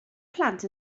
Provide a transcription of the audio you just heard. plant